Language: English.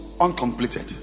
uncompleted